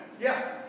Yes